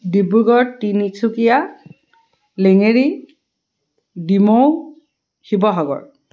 Dibrugarh Tinsukia Lengeri Demow Sivasagar